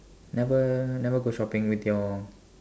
never never go shopping with your